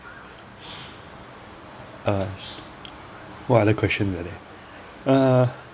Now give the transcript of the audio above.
uh what other question are there uh